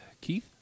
Keith